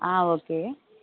okay